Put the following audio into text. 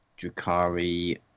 Drakari